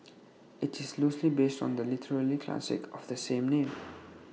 IT is loosely based on the literary classic of the same name